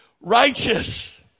righteous